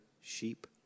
sheep